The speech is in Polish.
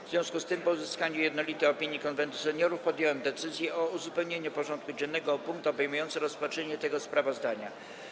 W związku z tym, po uzyskaniu jednolitej opinii Konwentu Seniorów, podjąłem decyzję o uzupełnieniu porządku dziennego o punkt obejmujący rozpatrzenie tego sprawozdania.